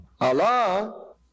Allah